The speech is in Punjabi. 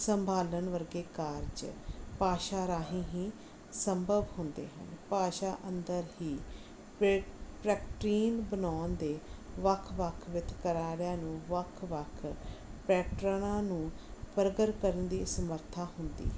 ਸੰਭਾਲਣ ਵਰਗੇ ਕਾਰਜ ਭਾਸ਼ਾ ਰਾਹੀਂ ਹੀ ਸੰਭਵ ਹੁੰਦੇ ਹਨ ਭਾਸ਼ਾ ਅੰਦਰ ਹੀ ਪ੍ਰੈ ਪ੍ਰੈਕਟਰੀਨ ਬਣਾਉਣ ਦੇ ਵੱਖ ਵੱਖ ਵਿੱਤ ਘਰਾਣਿਆਂ ਨੂੰ ਵੱਖ ਵੱਖ ਪੈਟਰਨਾਂ ਨੂੰ ਪਰਗਟ ਕਰਨ ਦੀ ਸਮਰੱਥਾ ਹੁੰਦੀ ਹੈ